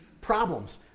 Problems